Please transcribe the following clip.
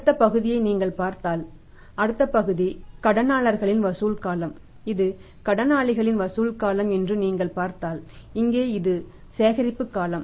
அடுத்த பகுதியை நீங்கள் பார்த்தால் அடுத்த பகுதி கடனாளர்களின் வசூல் காலம் இது கடனாளிகளின் வசூல் காலம் என்று நீங்கள் பார்த்தால் இங்கே இது சேகரிப்பு காலம்